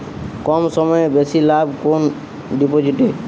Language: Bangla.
কম সময়ে বেশি লাভ কোন ডিপোজিটে?